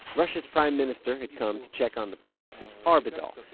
russia's prime minister had come to check on the price of arbidol,